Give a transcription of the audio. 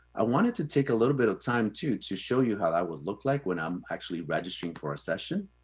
i wanted to take a little bit of time too to show you how that would look like when i'm actually registering for a session.